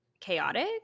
chaotic